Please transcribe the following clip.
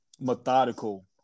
methodical